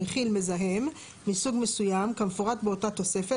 המכיל מזהם מסוג מסוים כמפורט באותה תוספת,